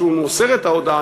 כשהוא מוסר את ההודעה,